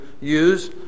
use